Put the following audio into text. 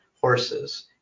horses